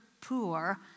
poor